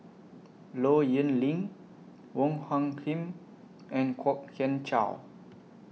Low Yen Ling Wong Hung Khim and Kwok Kian Chow